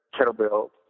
kettlebell